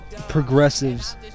Progressives